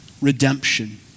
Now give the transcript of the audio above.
redemption